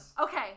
Okay